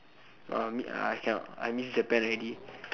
!wah! m~ I cannot I miss Japan already